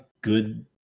good